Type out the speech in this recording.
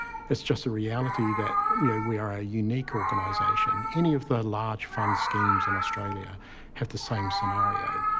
it's just a reality that yeah we are a unique organisation. any of the large fund schemes in australia have the same scenario.